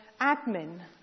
admin